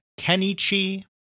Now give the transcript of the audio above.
Kenichi